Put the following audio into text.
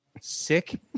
Sick